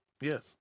Yes